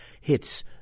hits